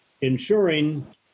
ensuring